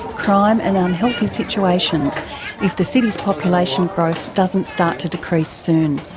crime and unhealthy situations if the city's population growth doesn't start to decrease soon.